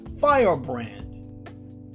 firebrand